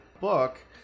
book